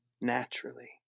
naturally